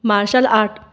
martial art